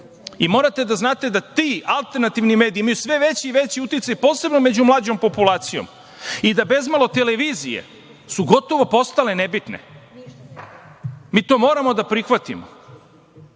gleda. Morate da znate da ti alternativi mediji imaju sve veći i veći uticaj posebno među mlađom populacijom i da bezmalo televizije su gotovo postale nebitne. Mi to moramo da prihvatimo.